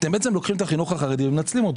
אתם בעצם לוקחים את החינוך החרדי ומנצלים אותו.